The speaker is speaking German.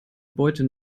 beute